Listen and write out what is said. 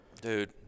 dude